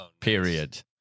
Period